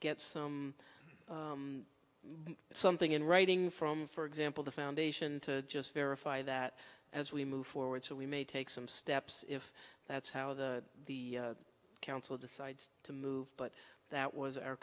get some something in writing from for example the foundation to just verify that as we move forward so we may take some steps if that's how the the council decides to move but that was our